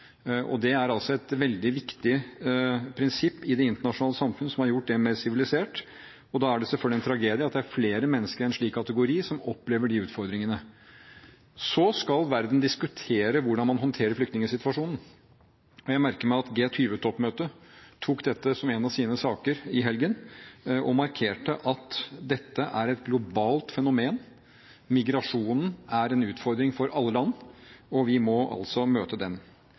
Det er et veldig viktig prinsipp i det internasjonale samfunn, som har gjort det mer sivilisert, og da er det selvfølgelig en tragedie at det er flere mennesker i en slik kategori som opplever de utfordringene. Så skal verden diskutere hvordan man håndterer flyktningsituasjonen, og jeg merker meg at G20-toppmøtet tok dette som en av sine saker i helgen og markerte at dette er et globalt fenomen. Migrasjonen er en utfordring for alle land, og vi må altså møte den.